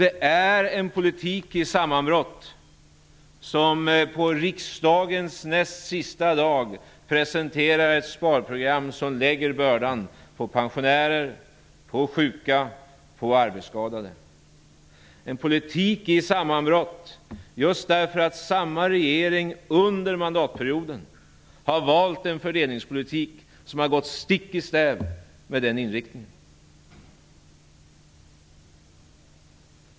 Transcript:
Det är en politik i sammanbrott som på riksmötets näst sista dag presenterar ett sparprogram som lägger bördan på pensionärer, på sjuka, på arbetsskadade. Det är en politik i sammanbrott just därför att samma regering under mandatperioden har valt en fördelningspolitik som har gått stick i stäv med den inriktningen.